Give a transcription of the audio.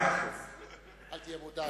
אל תהיה מודאג.